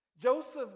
Joseph